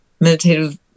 meditative